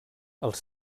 els